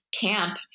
camp